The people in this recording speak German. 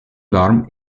warm